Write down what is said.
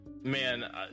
man